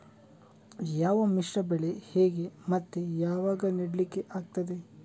ಯಾವ ಮಿಶ್ರ ಬೆಳೆ ಹೇಗೆ ಮತ್ತೆ ಯಾವಾಗ ನೆಡ್ಲಿಕ್ಕೆ ಆಗ್ತದೆ?